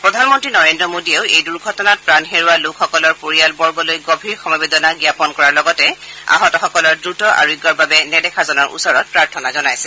প্ৰধানমন্ত্ৰী নৰেন্দ্ৰ মোদীয়েও এই দুৰ্ঘটনাত প্ৰাণ হেৰুওৱা লোকসকলৰ পৰিয়ালবৰ্গলৈ গভীৰ সমৱেদনা জাপন কৰাৰ লগতে আহতসকলৰ দ্ৰুত আৰোগ্যৰ বাবে নেদেখাজনৰ ওচৰত প্ৰাৰ্থনা জনাইছে